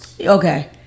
Okay